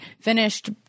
finished